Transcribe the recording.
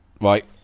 Right